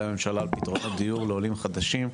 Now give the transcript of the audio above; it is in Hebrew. הממשלה לפתרונות דיור לעולים חדשים.